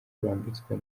bambitswe